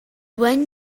when